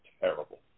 terrible